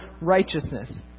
righteousness